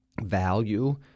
value